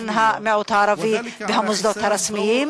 בין המיעוט הערבי למוסדות הרשמיים,